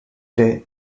day